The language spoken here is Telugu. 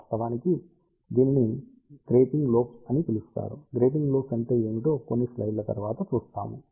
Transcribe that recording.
వాస్తవానికి దీనిని గ్రేటింగ్ లోబ్స్ అని పిలుస్తారు గ్రేటింగ్ లోబ్స్ అంటే ఏమిటో కొన్ని స్లైడ్ల తర్వాత చూస్తాము